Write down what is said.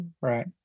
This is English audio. Right